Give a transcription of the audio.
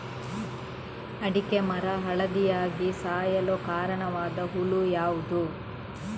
ಅಡಿಕೆ ಮರ ಹಳದಿಯಾಗಿ ಸಾಯಲು ಕಾರಣವಾದ ಹುಳು ಯಾವುದು?